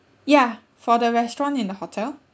ya for the restaurant in the hotel